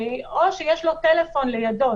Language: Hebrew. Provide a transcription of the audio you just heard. או שיש לו טלפון לידו.